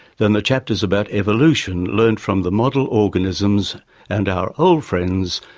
than the chapters about evolution learned from the model organisms and our old friends,